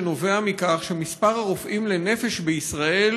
שנובע מכך שמספר הרופאים לנפש בישראל